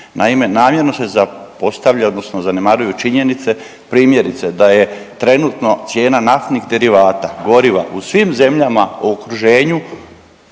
Naime, namjerno se zapostavlja odnosno zanemaruju činjenice primjerice da je trenutno cijena naftnih derivata, goriva u svim zemljama u okruženju